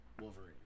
Wolverine